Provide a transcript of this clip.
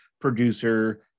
producer